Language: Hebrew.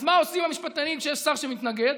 אז מה עושים המשפטנים כשיש שר שמתנגד?